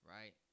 Right